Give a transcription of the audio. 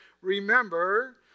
remember